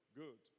good